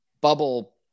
bubble